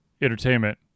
entertainment